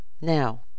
Now